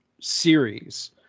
series